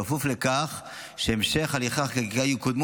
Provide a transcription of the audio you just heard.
בכפוף לכך שהמשך הליכי החקיקה יקודמו